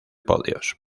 podios